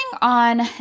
on